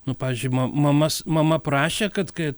nu pavyzdžiui ma mamas mama prašė kad kai